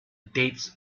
dates